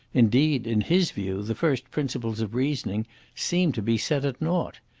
indeed, in his view the first principles of reasoning seemed to be set at naught.